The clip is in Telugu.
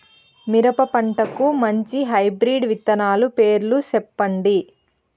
మిరప పంటకు మంచి హైబ్రిడ్ విత్తనాలు పేర్లు సెప్పండి?